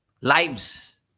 Lives